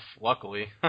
luckily